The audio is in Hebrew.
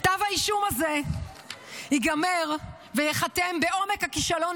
כתב האישום הזה ייגמר וייחתם בעומק הכישלון